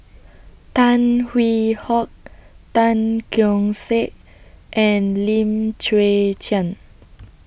Tan Hwee Hock Tan Keong Saik and Lim Chwee Chian